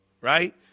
right